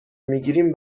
میگیریم